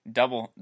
double